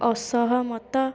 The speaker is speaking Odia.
ଅସହମତ